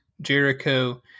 Jericho